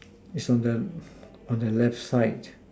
it's on the on the left side